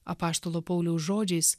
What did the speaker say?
apaštalo pauliaus žodžiais